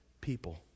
people